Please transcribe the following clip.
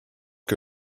que